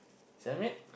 sell maid